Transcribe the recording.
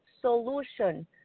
solution